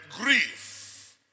grief